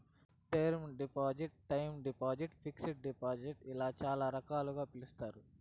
term deposit time deposit fixed deposit ఇలా చాలా రకాలుగా పిలుస్తారు